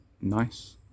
nice